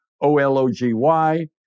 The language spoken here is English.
O-L-O-G-Y